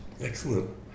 Excellent